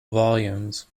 volumes